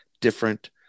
different